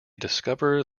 discover